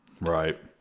Right